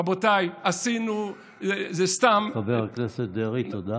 רבותיי, עשינו, זה סתם, חבר הכנסת דרעי, תודה.